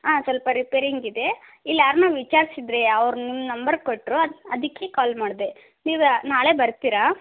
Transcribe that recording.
ಹಾಂ ಸ್ವಲ್ಪ ರಿಪೇರಿಂಗ್ ಇದೆ ಇಲ್ಲಿ ಯಾರನ್ನೋ ವಿಚಾರ್ಸಿದರೆ ಅವ್ರು ನಿಮ್ಮ ನಂಬರ್ ಕೊಟ್ಟರು ಅದು ಅದಕ್ಕೆ ಕಾಲ್ ಮಾಡಿದೆ ನೀವು ನಾಳೆ ಬರ್ತೀರಾ